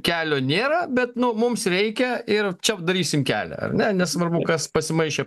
kelio nėra bet nu mums reikia ir čia darysim kelią ar ne nesvarbu kas pasimaišė